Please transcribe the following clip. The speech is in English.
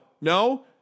no